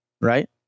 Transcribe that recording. Right